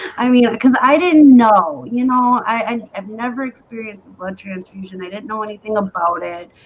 i mean because i didn't know you know, i and have never experienced blood transfusion. they didn't know anything about it